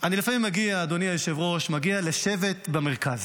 אני לפעמים מגיע, אדוני היושב-ראש, לשבט במרכז.